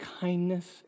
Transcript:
kindness